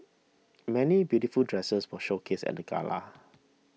many beautiful dresses were showcased at the gala